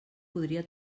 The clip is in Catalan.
podria